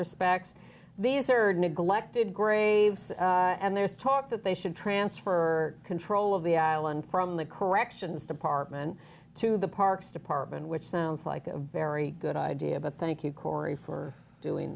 respects these are neglected graves and there's talk that they should transfer control of the island from the corrections department to the parks department which sounds like a very good idea but thank you corey for doing